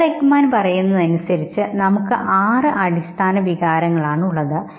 Paul Ekman പറയുന്നതനുസരിച്ച് നമുക്ക് ആറ് അടിസ്ഥാന വികാരങ്ങൾ ഉണ്ട്